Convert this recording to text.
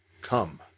Come